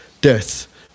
death